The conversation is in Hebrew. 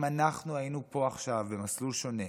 אם אנחנו היינו פה עכשיו במסלול שונה,